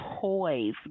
toys